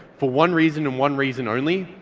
for one reason and one reason only,